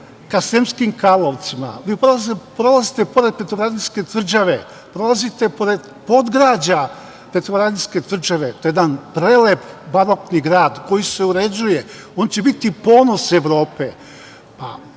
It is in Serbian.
ka Sremskim Karlovcima prolazite pored Petrovaradinske tvrđave, prolazite pored podgrađa Petrovaradinske tvrđave, to je jedan prelep barokni grad koji se uređuje, on će biti ponos Evrope,